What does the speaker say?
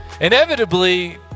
Inevitably